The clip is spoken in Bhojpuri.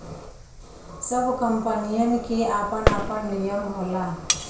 सब कंपनीयन के आपन आपन नियम होला